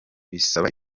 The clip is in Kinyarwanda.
bisaba